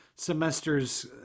semester's